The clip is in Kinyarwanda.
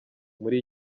muri